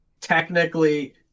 technically